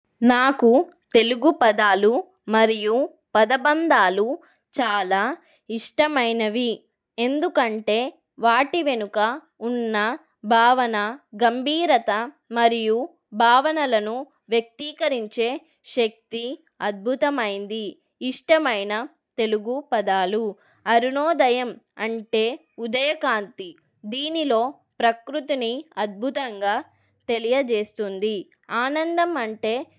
నాకు తెలుగు పదాలు మరియు పదబంధాలు చాలా ఇష్టమైనవి ఎందుకంటే వాటి వెనుక ఉన్న భావన గంభీరత మరియు భావనలను వ్యక్తీకరించే శక్తి అద్భుతమైంది ఇష్టమైన తెలుగు పదాలు అరుణోదయం అంటే ఉదయ కాంతి దీనిలో ప్రకృతిని అద్భుతంగా తెలియజేస్తుంది ఆనందం అంటే